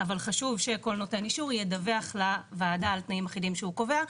אבל חשוב שכל נותן אישור ידווח לוועדה על תנאים אחידים שהוא קובע,